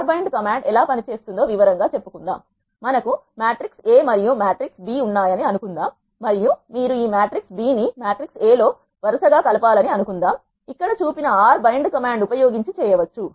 R bind command ఎలా పని చేస్తుందో వివరంగా చెప్పుకుందాం మనకు మ్యాట్రిక్స్ A మరియు మ్యాట్రిక్స్ B ఉన్నాయని అనుకుందాం మరియు మీరు ఈ మ్యాట్రిక్స్ B ని మ్యాట్రిక్స్ A లో వరుసగా కలపాలని అనుకుందాం ఇక్కడ చూపిన ఆర్ R బైండ్ కమాండ్ ఉపయోగించి చేయవచ్చు